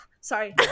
sorry